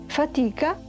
fatica